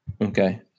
Okay